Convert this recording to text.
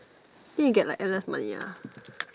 then you get like endless money ah